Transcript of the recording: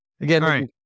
Again